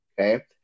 Okay